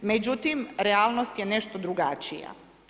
Međutim, realnost je nešto drugačija.